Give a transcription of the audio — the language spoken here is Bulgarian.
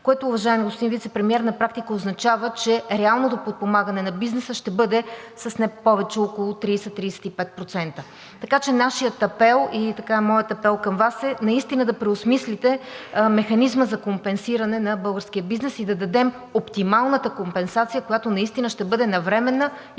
30%, уважаеми господин Вицепремиер, на практика това означава, че реалното подпомагане на бизнеса ще бъде с не повече от около 30 – 35%. Така че нашият апел и моят апел към Вас е наистина да преосмислите механизма за компенсиране на българския бизнес и да дадем оптималната компенсация, която ще бъде навременна и